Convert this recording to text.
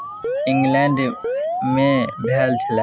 इंग्लैण्डमे भेल छलै